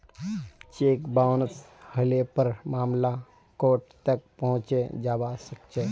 cheque bounce हले पर मामला कोर्ट तक पहुंचे जबा सकछे